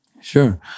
Sure